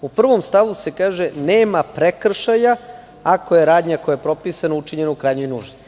U 1. stavu se kaže – nema prekršaja ako je radnja koja je propisana učinjena u krajnjoj nuždi.